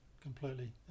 Completely